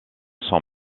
sont